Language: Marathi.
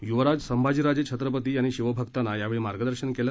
युवराज संभाजीराजे छत्रपती यांनी शिवभक्तांना यावेळी मार्गदर्शन केलं